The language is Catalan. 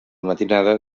matinada